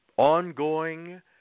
Ongoing